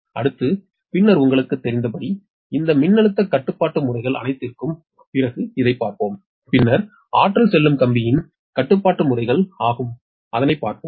அடுத்து பின்னர் உங்களுக்குத் தெரிந்தபடி இந்த மின்னழுத்த கட்டுப்பாட்டு முறைகள் அனைத்திற்கும் பிறகு இதைப் பார்ப்போம் பின்னர் ஆற்றல் செல்லும் கம்பியின் கட்டுப்பாட்டு முறைகள் ஆகும் பார்ப்போம்